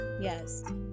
Yes